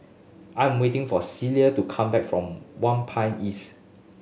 I'm waiting for Celia to come back from East